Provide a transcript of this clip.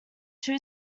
two